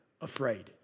afraid